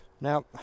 Now